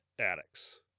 addicts